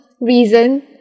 reason